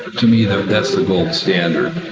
to me that that's the gold standard.